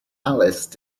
alice